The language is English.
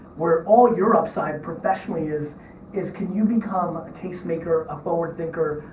where all your upside professionally is is can you become a taste maker, a forward thinker?